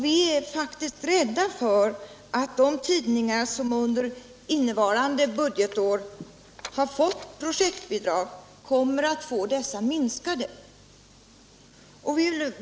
Vi är faktiskt rädda för att de tidningar som under innevarande år fått projektbidrag kommer att få dessa minskade.